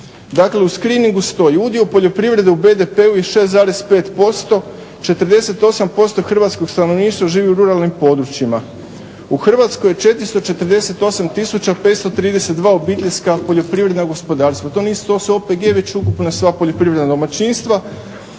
11. U screeningu stoji udio poljoprivrede u BDP-u je 6,5%, 48% Hrvatskog stanovništva živi u ruralnim područjima. U Hrvatskoj 448 tisuća 532 obiteljska poljoprivredna gospodarstva, to su … već ukupna domaćinstva,